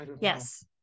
yes